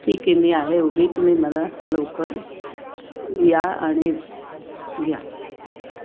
ठीक आहे मी आहे उभी तुम्ही मला लवकर या आणि घ्या